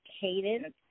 cadence